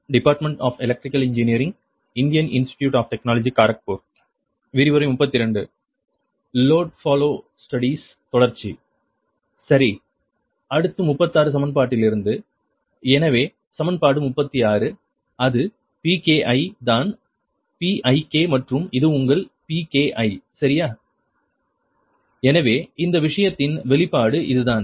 Pki Vk2|Yik|cos θik|Vi||Vk||Yik|cos ik ki எனவே இந்த விஷயத்தின் வெளிப்பாடு இதுதான்